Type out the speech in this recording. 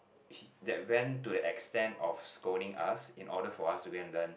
he that went to the extent of scolding us in order for us to go and learn